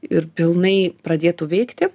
ir pilnai pradėtų veikti